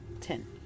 ten